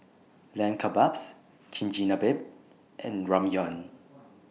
Lamb Kebabs Chigenabe and Ramyeon